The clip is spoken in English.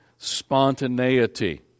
Spontaneity